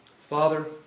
Father